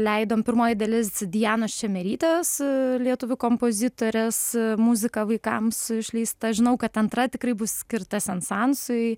leidom pirmoji dalis dianos čemerytės lietuvių kompozitorės muzika vaikams išleista žinau kad antra tikrai bus skirta sensansui